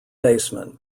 baseman